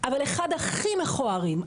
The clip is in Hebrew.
אבל אחד הכי מכוערים,